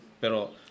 pero